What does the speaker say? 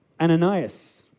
Ananias